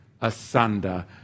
asunder